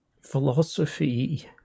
philosophy